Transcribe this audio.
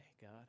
God